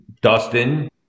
Dustin